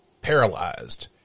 paralyzed